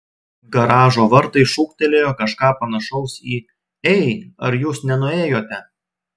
garažo vartai šūktelėjo kažką panašaus į ei ar jūs nenuėjote